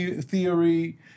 theory